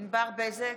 ענבר בזק,